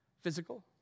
Physical